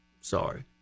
Sorry